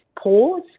pause